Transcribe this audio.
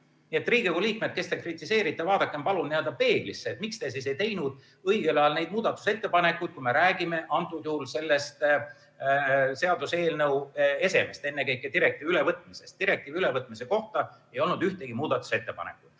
Nii et, Riigikogu liikmed, kes te kritiseerite, vaadake palun peeglisse. Miks te siis ei teinud õigel ajal neid muudatusettepanekuid, kui me räägime selle seaduseelnõu esemest, ennekõike direktiivi ülevõtmisest? Direktiivi ülevõtmise kohta ei olnud ühtegi muudatusettepanekut.